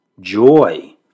Joy